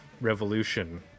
revolution